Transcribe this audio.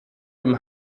dem